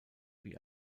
wie